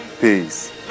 peace